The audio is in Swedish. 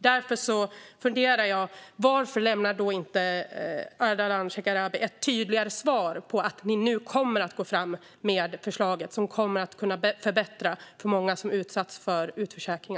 Därför undrar jag varför Ardalan Shekarabi inte lämnar ett tydligare svar på att man kommer att gå fram med förslaget, som kommer att förbättra för många som har utsatts för utförsäkring.